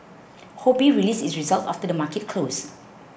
Ho Bee released its results after the market closed